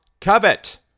covet